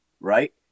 right